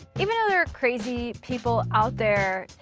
even though there are crazy people out there,